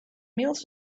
meals